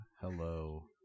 hello